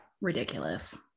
Ridiculous